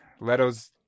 Leto's